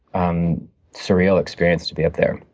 um surreal experience to be up there.